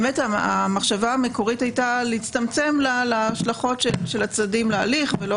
המחשבה המקורית הייתה להצטמצם להשלכות של הצדדים להליך ולא